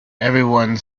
everyone